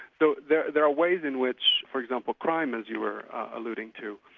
so there there are ways in which for example, crime, as you were alluding to,